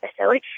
episode